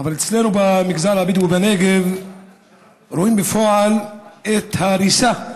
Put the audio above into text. אבל אצלנו במגזר הבדואי בנגב רואים בפועל את ההריסה,